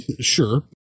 sure